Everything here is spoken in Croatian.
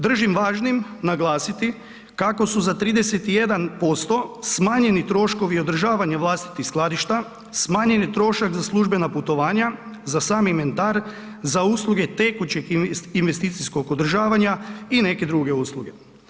Držim važnim naglasiti kako su za 31% smanjeni troškovi održavanja vlastitih skladišta, smanjen je trošak za službena putovanja, za sam inventar, za usluge tekućeg investicijskog održavanja i neke druge usluge.